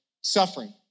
suffering